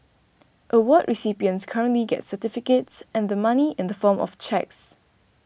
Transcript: award recipients currently get certificates and the money in the form of cheques